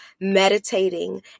meditating